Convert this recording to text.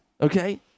okay